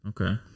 Okay